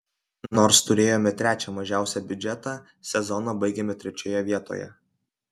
nors turėjome trečią mažiausią biudžetą sezoną baigėme trečioje vietoje